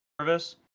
Service